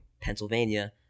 Pennsylvania